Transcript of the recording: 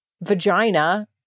vagina